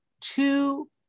two